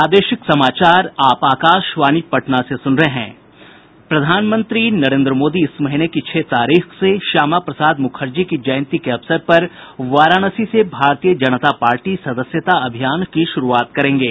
प्रधानमंत्री नरेन्द्र मोदी इस महीने की छह तारीख से श्यामा प्रसाद मुखर्जी की जयंती के अवसर पर वाराणसी से भारतीय जनता पार्टी सदस्यता अभियान शुरू करेंगे